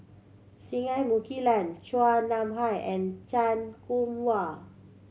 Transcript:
Singai Mukilan Chua Nam Hai and Chan Kum Wah